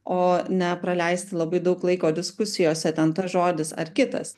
o nepraleisti labai daug laiko diskusijose ten tas žodis ar kitas